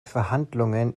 verhandlungen